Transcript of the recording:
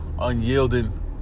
unyielding